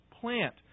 plant